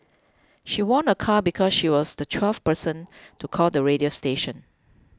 she won a car because she was the twelfth person to call the radio station